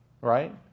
right